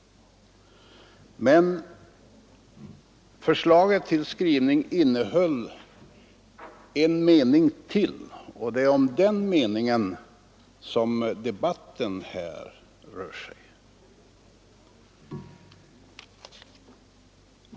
Men förslaget till skrivning innehöll en mening till, och det är om den meningen som debatten här rör sig.